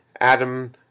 Adam